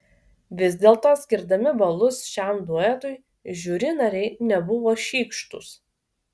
vis dėlto skirdami balus šiam duetui žiuri nariai nebuvo šykštūs